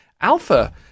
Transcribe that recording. Alpha